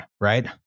right